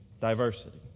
diversity